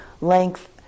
length